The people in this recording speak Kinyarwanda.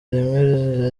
rimwe